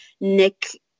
Nick